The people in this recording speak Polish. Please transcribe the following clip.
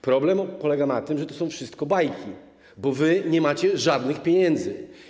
Problem polega na tym, że to wszystko to są bajki, bo wy nie macie żadnych pieniędzy.